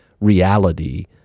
reality